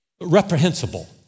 reprehensible